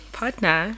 partner